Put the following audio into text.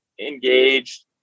engaged